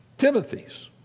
Timothy's